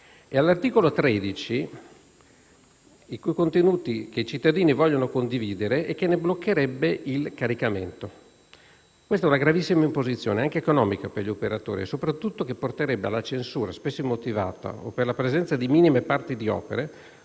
e all'articolo 13, sui contenuti che i cittadini vogliono condividere e di cui si bloccherebbe il caricamento. Questa è una gravissima imposizione, anche economica, per gli operatori e soprattutto porterebbe alla censura, spesso immotivata, o per la presenza di minime parti di opere,